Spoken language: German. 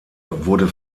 wurde